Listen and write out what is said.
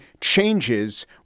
changes